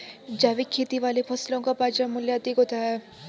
जैविक खेती वाली फसलों का बाजार मूल्य अधिक होता है